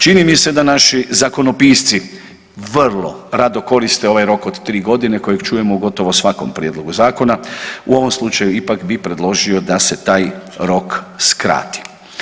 Čini mi se da naši zakonopisci vrlo rado koriste ovaj rok od 3.g. kojeg čujemo gotovo u svakom prijedlogu zakonu, u ovom slučaju ipak bi predložio da se taj rok skrati.